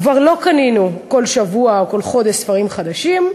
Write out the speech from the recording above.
כבר לא קנינו בכל שבוע או בכל חודש ספרים חדשים,